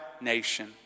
nation